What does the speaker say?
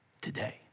today